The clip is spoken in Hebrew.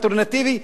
אלטרנטיבי,